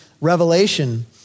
revelation